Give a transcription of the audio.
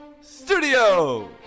studio